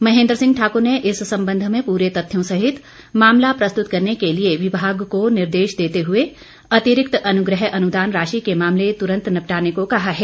महेंद्र सिंह ठाकुर ने इस संबंध में पूरे तथ्यों सहित मामला प्रस्तुत करने के लिए विमाग को निर्देश देते हुए अतिरिक्त अनुग्रह अनुदान राशि के मामले तुरंत निपटाने को कहा है